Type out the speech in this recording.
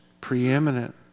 preeminent